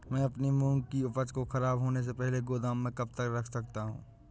मैं अपनी मूंग की उपज को ख़राब होने से पहले गोदाम में कब तक रख सकता हूँ?